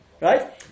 right